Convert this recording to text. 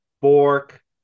Bork